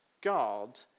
God